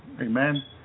Amen